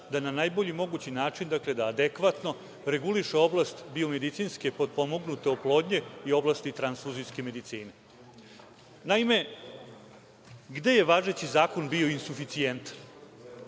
da na najbolji mogući način, dakle, da adekvatno reguliše oblast biomedicinske potpomognute oplodnje i oblasti transfuzijske medicine. Naime, gde je važeći zakon bio insuficijentan?